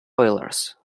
oilers